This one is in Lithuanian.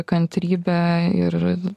kantrybe ir